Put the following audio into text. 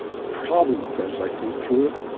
the problem with that as i think through it,